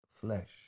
flesh